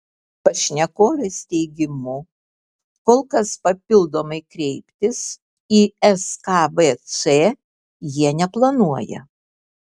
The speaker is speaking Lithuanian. pašnekovės teigimu kol kas papildomai kreiptis į skvc jie neplanuoja